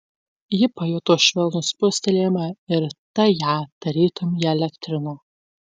ji pajuto švelnų spustelėjimą ir tai ją tarytum įelektrino